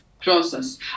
process